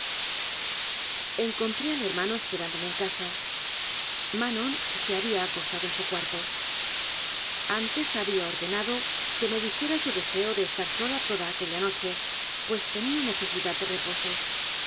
encontré al hermano esperándome en casa ma non se había acostado en su cuarto antes había ordenado que me dijera su deseo de estar sola toda aquella noche pues tenía necesidad de reposo